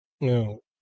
No